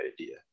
idea